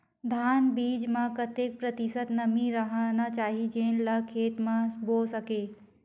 धान बीज म कतेक प्रतिशत नमी रहना चाही जेन ला खेत म बो सके?